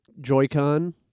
Joy-Con